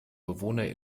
bewohner